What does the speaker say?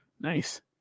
Nice